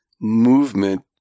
movement